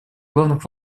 главных